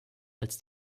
als